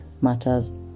matters